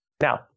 Now